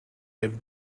had